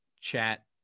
chat